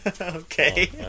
okay